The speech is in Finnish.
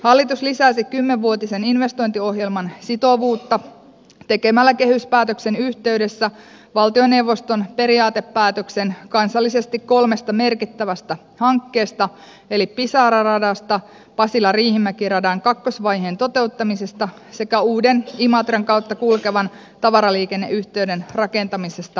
hallitus lisäsi kymmenvuotisen investointiohjelman sitovuutta tekemällä kehyspäätöksen yhteydessä valtioneuvoston periaatepäätöksen kolmesta kansallisesti merkittävästä hankkeesta eli pisara radasta pasilariihimäki radan kakkosvaiheen toteuttamisesta sekä uuden imatran kautta kulkevan tavaraliikenneyhteyden rakentamisesta venäjälle